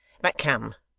but come.